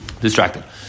distracted